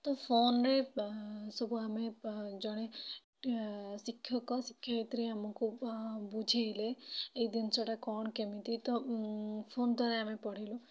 ତ ଫୋନ୍ ରେ ସବୁ ଆମେ ଜଣେ ଶିକ୍ଷକ ଶିକ୍ଷୟତ୍ରୀ ଆମକୁ ବୁଝେଇଲେ ଏଇ ଜିନିଷଟା କଣ କେମିତି ତ ଫୋନ୍ ଦ୍ୱାରା ଆମେ ପଢ଼ିଲୁ